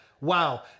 wow